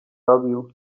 robił